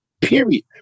Period